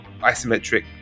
isometric